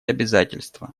обязательства